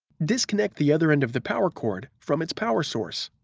disconnect the other end of the power cord from its power source.